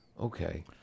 Okay